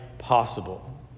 Possible